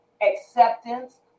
acceptance